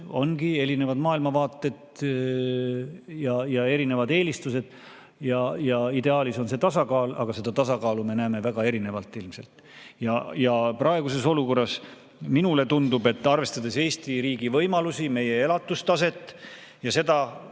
Ongi erinevad maailmavaated, erinevad eelistused ja ideaalis on see tasakaal, aga seda tasakaalu me näeme väga erinevalt ilmselt. Ja praeguses olukorras minule tundub, et arvestades Eesti riigi võimalusi, meie elatustaset ja seda,